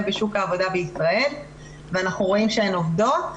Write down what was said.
בשוק העבודה בישראל ואנחנו רואים שהן עובדות.